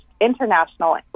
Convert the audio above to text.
International